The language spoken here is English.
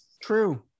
True